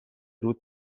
روت